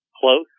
close